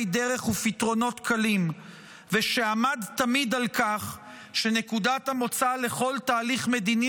דרך ופתרונות קלים ושעמד תמיד על כך שנקודת המוצא לכל תהליך מדיני